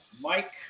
Mike